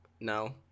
No